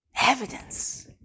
Evidence